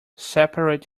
separate